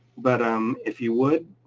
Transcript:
but um if you would,